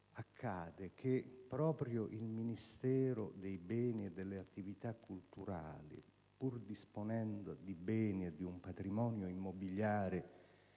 accade che proprio il Ministero per i beni e le attività culturali, pur disponendo di beni considerevoli e di un patrimonio immobiliare